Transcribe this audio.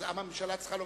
מה עם צער בעלי-חיים,